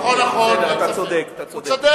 נכון, הוא צודק.